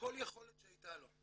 כל יכולת שהייתה לו.